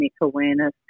awareness